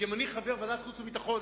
כי אם אני חבר ועדת החוץ והביטחון,